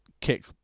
kick